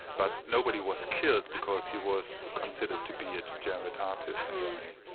but nobody was killed because he was considered to be a degenerate artist in germany.